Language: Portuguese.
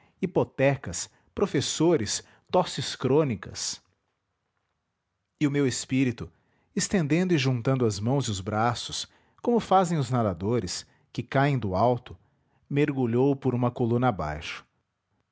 hipotecas professores tosses crônicas e o meu espírito estendendo e juntando as mãos e os braços como fazem os nadadores que caem do alto mergulhou por uma coluna abaixo